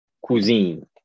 cuisine